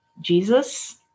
Jesus